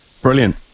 Brilliant